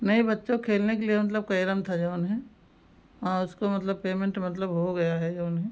नहीं बच्चों के खेलने के लिए मतलब कैरम था जो है अ उसको मतलब पेमेन्ट मतलब हो गया है जो है